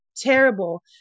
terrible